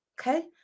okay